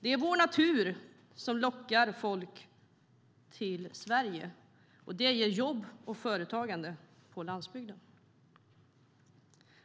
Det är vår natur som lockar folk till Sverige, och det ger jobb och företagande på landsbygden.